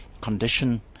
condition